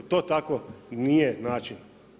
To tako nije način.